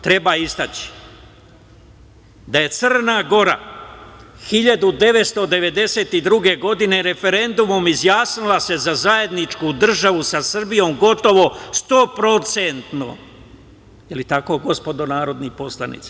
Treba istaći da je Crna Gora 1992. godine referendumom izjasnila se za zajedničku državu sa Srbijom, gotovo 100%, da li je tako gospodo narodni poslanici?